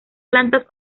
plantas